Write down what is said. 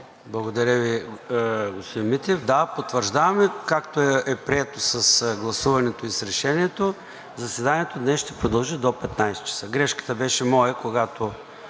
Благодаря Ви, господин Митев. Да, потвърждавам, както е прието с гласуването, с решението – заседанието днес ще продължи до 15,00 ч. Грешката беше моя, когато